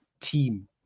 team